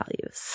values